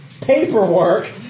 paperwork